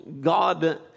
God